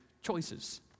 choices